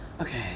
okay